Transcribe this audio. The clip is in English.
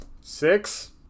Six